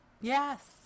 Yes